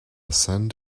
cent